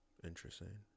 interesting